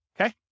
Okay